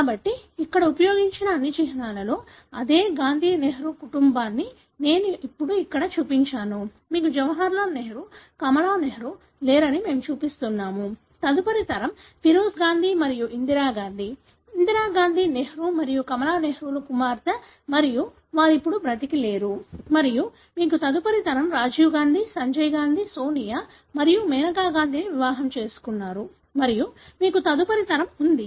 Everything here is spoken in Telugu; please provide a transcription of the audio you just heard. కాబట్టి ఇక్కడ ఉపయోగించిన అన్ని చిహ్నాలతో అదే గాంధీ నెహ్రూ కుటుంబాన్ని నేను ఇప్పుడు ఇక్కడ చూపించాను మీకు జవహర్లాల్ నెహ్రూ కమలా నెహ్రూ లేరని మనము చూపిస్తున్నాము తదుపరి తరం ఫిరోజ్ గాంధీ మరియు ఇందిరా గాంధీ ఇందిరాగాంధీ నెహ్రూ మరియు కమలా నెహ్రూల కుమార్తె మరియు వారు ఇప్పుడు బ్రతికి లేరు మరియు మీకు తదుపరి తరం రాజీవ్ గాంధీ సంజయ్ గాంధీ సోనియా మరియు మేనకా గాంధీని వివాహం చేసుకున్నారు మరియు మీకు తదుపరి తరం ఉంది